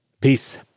Peace